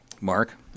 Mark